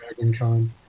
DragonCon